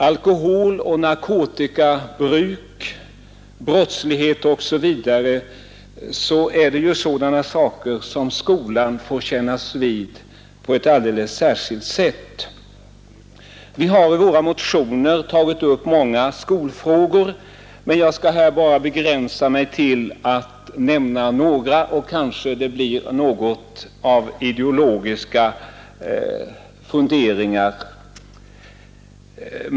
Alkoholoch narkotikabruk, brottslighet osv. är sådant som skolan får kännas vid på ett alldeles särskilt sätt. Vi har i våra motioner tagit upp många skolfrågor. Jag skall begränsa mig till att nämna några — det kanske blir något av ideologiska funderingar.